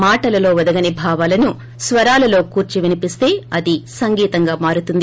మాటలలో ఒదగని భావాలను స్వరాలలో కూర్పి వినిపిస్తే అది సంగీతంగా మారుతుంది